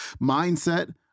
Mindset